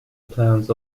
plans